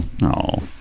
No